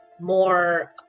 more